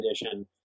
edition